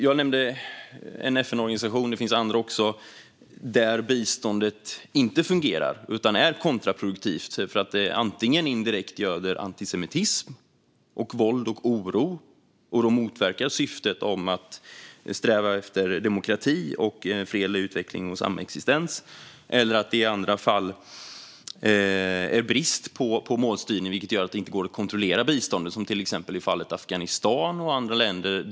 Jag nämnde en FN-organisation, och det finns andra också, där biståndet inte fungerar utan är kontraproduktivt därför att det antingen indirekt göder antisemitism, våld och oro och då motverkar syftet att sträva efter demokrati och en fredlig utveckling och samexistens eller att det i andra fall råder brist på målstyrning, vilket gör att det inte går att kontrollera biståndet, till exempel i fallet Afghanistan och andra länder.